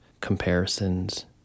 comparisons